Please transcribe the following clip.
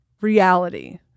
reality